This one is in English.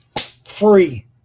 free